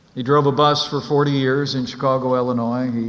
he drove a bus for forty years in chicago illinois. he